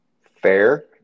Fair